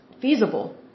feasible